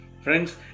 friends